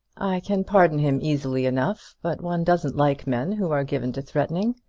can pardon him easily enough but one doesn't like men who are given to threatening.